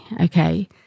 okay